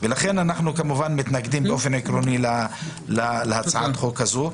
לכן אנחנו כמובן מתנגדים באופן עקרוני להצעת החוק הזאת.